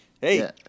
hey